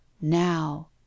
now